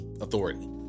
Authority